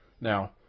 Now